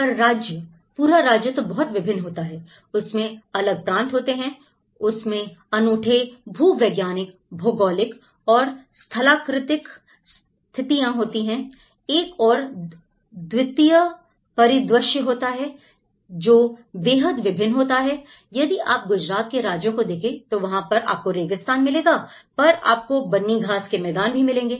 पर राज्य पूरा राज्य तो बहुत विभिन्न होता है उसमें अलग प्रांत होते हैं उसमें अनूठे भूवैज्ञानिक भौगोलिक और स्थलाकृतिक स्थितिया होती हैं एक और द्वितीय परिदृश्य होता है जो बेहद विभिन्न होता है यदि आप गुजरात के राज्यों को देखें तो वहां पर आपको रेगिस्तान मिलेगापर आपको बनी घास के मैदान भी मिलेंगे